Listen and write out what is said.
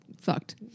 fucked